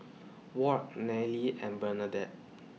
Ward Nelly and Bernadette